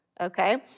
okay